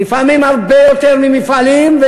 לפעמים הרבה יותר ממפעלים,